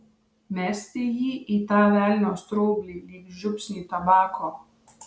mesti jį į tą velnio straublį lyg žiupsnį tabako